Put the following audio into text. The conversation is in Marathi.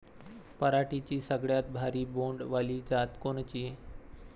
पराटीची सगळ्यात भारी बोंड वाली जात कोनची?